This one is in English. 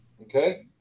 Okay